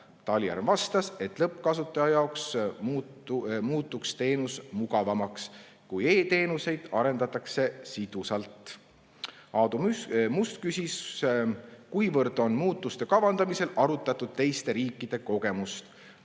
Talihärm vastas, et lõppkasutaja jaoks muutuks teenus mugavamaks, kui e-teenuseid arendatakse sidusalt. Aadu Must küsis, kuivõrd on muutuste kavandamisel arutatud teiste riikide kogemust.